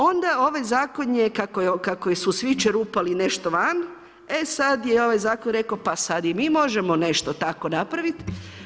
Onda ovaj zakon je kako su svi čerupali nešto van, e sad je ovaj zakon rekao pa sad i mi možemo nešto tako napraviti.